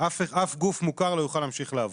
אף גוף מוכר לא יוכל להמשיך לעבוד.